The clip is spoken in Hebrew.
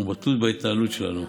ותלוי בהתנהלות שלנו,